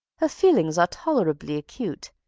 her feelings are tolerably acute,